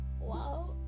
Wow